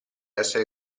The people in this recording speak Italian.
essere